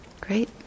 Great